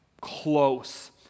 close